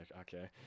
Okay